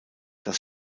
das